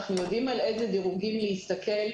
אנחנו יודעים על איזה דירוגים להסתכל.